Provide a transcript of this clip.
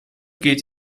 geht